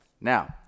Now